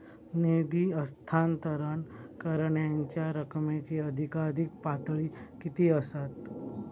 निधी हस्तांतरण करण्यांच्या रकमेची अधिकाधिक पातळी किती असात?